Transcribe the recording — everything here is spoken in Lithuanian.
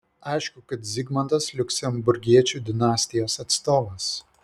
aišku kad zigmantas liuksemburgiečių dinastijos atstovas